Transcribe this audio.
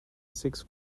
six